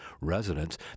residents